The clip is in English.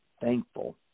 thankful